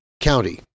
County